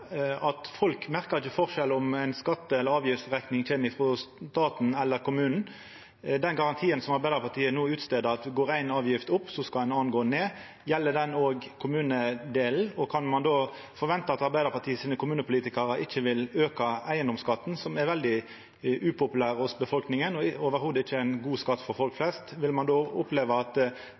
at folk ikkje merkar forskjell på om ei skatte- eller avgiftsrekning kjem frå staten eller frå kommunen. Den garantien som Arbeidarpartiet no kjem med, at går éi avgift opp, skal ei anna gå ned, gjeld den òg kommunedelen? Kan ein då forventa at Arbeidarpartiet sine kommunepolitikarar ikkje vil auka eigedomsskatten, som er veldig upopulær hos befolkninga og slett ikkje ein god skatt for folk flest? Vil ein då oppleva at